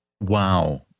Wow